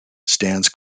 stands